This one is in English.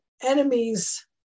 enemies